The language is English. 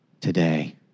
today